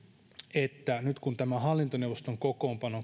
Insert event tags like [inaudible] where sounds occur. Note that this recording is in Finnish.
että nyt kun tämä hallintoneuvoston kokoonpano [unintelligible]